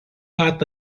pat